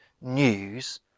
news